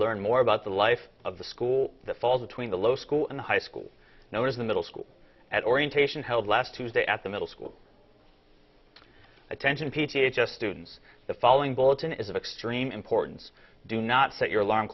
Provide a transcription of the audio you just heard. learn more about the life of the school the falls between the low school and high schools now as the middle school at orientation held last tuesday at the middle school attention p c h us students the following bulletin is of extreme importance do not set your alarm